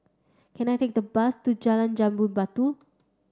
can I take the bus to Jalan Jambu Batu